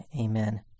Amen